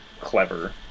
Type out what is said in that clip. clever